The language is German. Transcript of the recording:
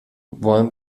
wollen